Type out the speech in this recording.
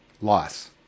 loss